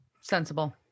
sensible